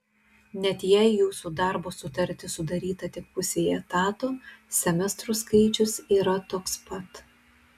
net jei jūsų darbo sutartis sudaryta tik pusei etato semestrų skaičius yra toks pat